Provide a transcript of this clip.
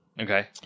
Okay